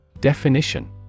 Definition